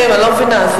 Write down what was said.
אני לא מבינה.